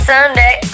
Sunday